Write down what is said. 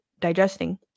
digesting